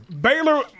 Baylor